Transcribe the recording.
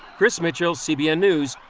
chris mitchell, cbn news,